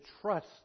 trust